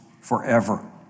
forever